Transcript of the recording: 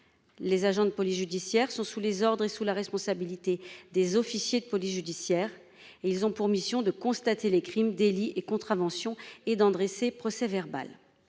Les agents de police judiciaire sont sous les ordres et sous la responsabilité des officiers de police judiciaire. Ils ont pour mission de constater les crimes, délits et contraventions et d'en dresser procès-verbal.